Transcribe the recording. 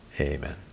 amen